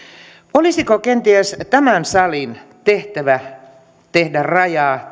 olisiko kenties tämän salin tehtävä tehdä rajaa